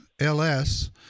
LS